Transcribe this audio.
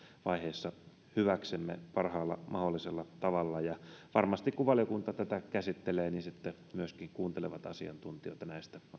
vaiheissa hyväksemme parhaalla mahdollisella tavalla varmasti kun valiokunta tätä käsittelee he sitten myöskin kuuntelevat asiantuntijoita näistä